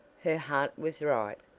her heart was right,